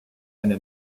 eine